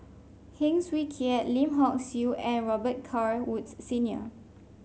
Heng Swee Keat Lim Hock Siew and Robet Carr Woods Senior